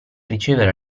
ricevere